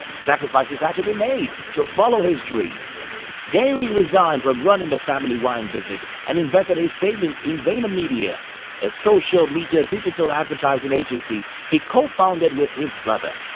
sacrifices had to be made to follow his dream gary resigned from running the family wine business and invested his savings in vaynermedia a social media digital advertising agency he co-founded with his brother.